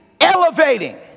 elevating